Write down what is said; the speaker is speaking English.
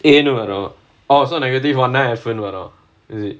என்ன வரும்:enna varum oh so negative one வரும்:varum